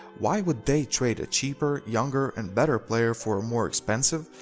why would they trade a cheaper, younger and better player for a more expensive,